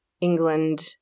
England